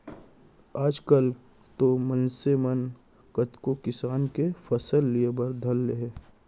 आजकाल तो मनसे मन कतको किसम के फसल लिये बर धर ले हें